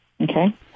Okay